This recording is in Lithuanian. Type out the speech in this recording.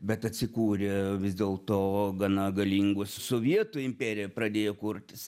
bet atsikūrė vis dėl to gana galingos sovietų imperija pradėjo kurtis